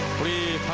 we